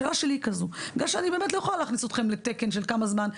השאלה שלי היא כזו: אני באמת לא יכולה להכניס אתכם לתקן של כמה זמן,